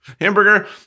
Hamburger